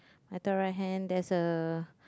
at top right hand there's a